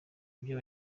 byo